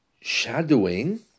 shadowing